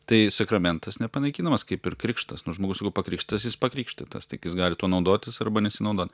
tai sakramentas nepanaikinamas kaip ir krikštas nu žmogus jeigu pakrikštytas jis pakrikštytas tik jis gali tuo naudotis arba nesinaudot